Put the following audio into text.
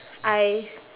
I